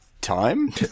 time